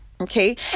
Okay